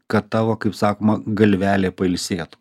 kad tavo kaip sakoma galvelė pailsėtų